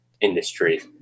industry